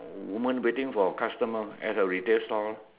woman waiting for customer at a retail store